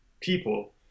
people